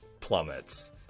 plummets